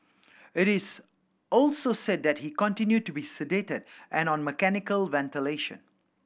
it is also said that he continued to be sedated and on mechanical ventilation